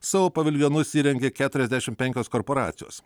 savo paviljonus įrengė keturiasdešimt penkios korporacijos